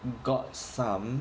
got some